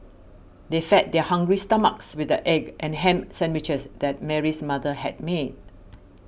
they fed their hungry stomachs with the egg and ham sandwiches that Mary's mother had made